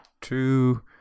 two